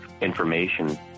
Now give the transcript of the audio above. information